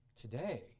today